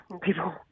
people